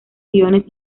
guiones